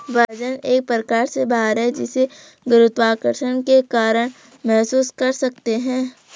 वजन एक प्रकार से भार है जिसे गुरुत्वाकर्षण के कारण महसूस कर सकते है